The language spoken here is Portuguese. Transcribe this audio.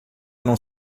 não